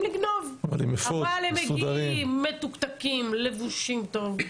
אבל הם מגיעים מתוקתקים, לבושים טוב,